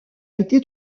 été